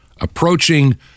approaching